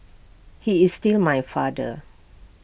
he is still my father